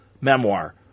memoir